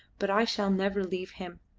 but i shall never leave him,